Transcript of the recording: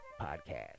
podcast